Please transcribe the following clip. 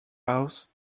house